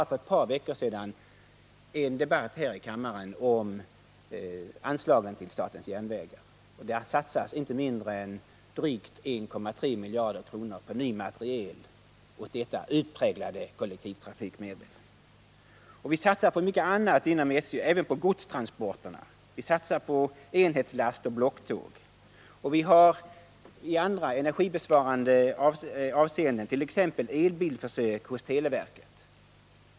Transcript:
För ett par veckor sedan hade vi här i kammaren en debatt om anslagen till statens järnvägar. Det har satsats inte mindre än drygt 1,3 miljarder kronor på ny materiel på det utpräglade kollektivtrafikmedel som järnvägarna utgör. Vi satsar inom SJ även på godstransporterna. Vi satsar på enhetslastoch blocktåg. Vi satsar även på andra energibesparande åtgärder, t.ex. på elbilsförsök hos televerket.